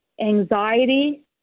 anxiety